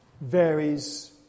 varies